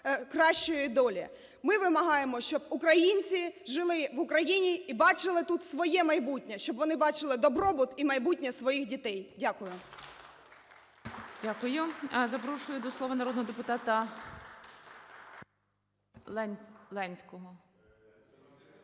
кращої долі. Ми вимагаємо, щоб українці жили в Україні і бачили тут своє майбутнє, щоб вони бачили добробут і майбутнє своїх дітей. Дякую.